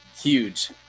Huge